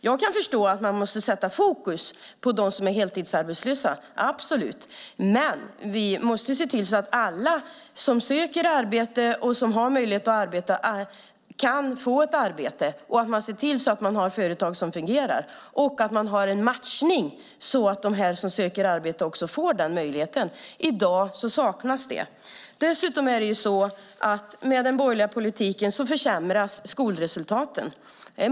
Jag kan förstå att man måste sätta fokus på dem som är heltidsarbetslösa, men vi måste se till att alla som söker arbete och som har möjlighet att arbeta får ett arbete. Vi måste också se till att vi har företag som fungerar och att vi har en matchning som gör att de som söker arbete får rätt möjligheter. I dag saknas det. Med den borgerliga politiken försämras skolresultaten.